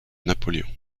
napoléon